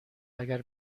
اگر